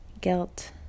guilt